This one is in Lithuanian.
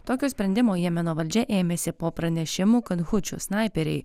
tokio sprendimo jemeno valdžia ėmėsi po pranešimų kad hučių snaiperiai